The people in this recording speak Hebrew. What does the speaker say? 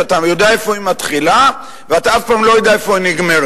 שאתה יודע איפה היא מתחילה ואתה אף פעם לא יודע איפה היא נגמרת.